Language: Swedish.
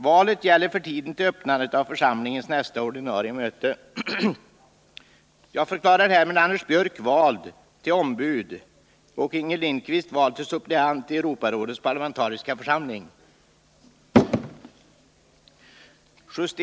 Valet gäller för tiden till öppnandet av församlingens nästa ordinarie möte.